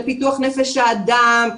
לפיתוח נפש האדם,